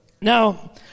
Now